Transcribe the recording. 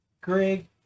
Greg